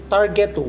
Target